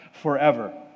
forever